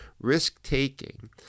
risk-taking